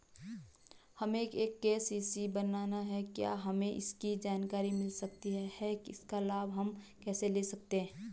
हमें के.सी.सी बनाना है क्या हमें इसकी जानकारी मिल सकती है इसका लाभ हम कैसे ले सकते हैं?